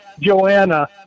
Joanna